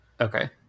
okay